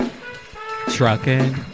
Trucking